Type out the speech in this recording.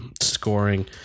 scoring